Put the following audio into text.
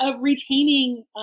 retaining